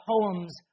poems